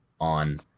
on